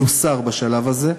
יוסר בשלב הזה.